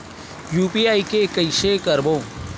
UPI के कइसे करबो?